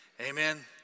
Amen